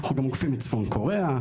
אנחנו גם עוקפים את צפון קוריאה,